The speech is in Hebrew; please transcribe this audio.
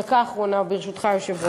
דקה אחרונה, ברשותך, היושב-ראש.